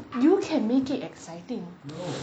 you can make it exciting